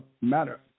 matter